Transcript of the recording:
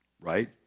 right